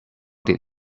did